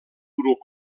grup